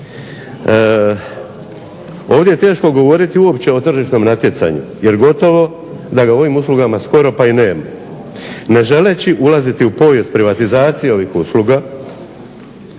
Ovdje je teško govoriti uopće o tržišnom natjecanju jer gotovo da ga u ovim uslugama skoro da ga nema. Ne želeći ulaziti u povijest privatizacije ovih usluga